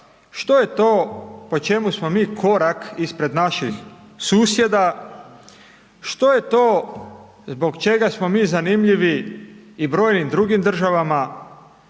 što je to, po čemu smo mi korak ispred naših susjeda, što je to zbog čega smo mi zanimljivi i brojnim drugim državama,